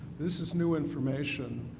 this is new information.